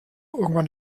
irgendwann